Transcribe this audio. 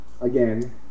Again